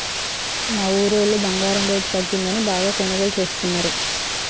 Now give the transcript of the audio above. మా ఊరోళ్ళు బంగారం రేటు తగ్గిందని బాగా కొనుగోలు చేస్తున్నరు